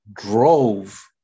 drove